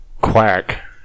Quack